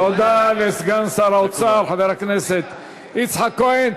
תודה לסגן שר האוצר חבר הכנסת יצחק כהן.